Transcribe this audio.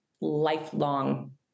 lifelong